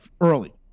early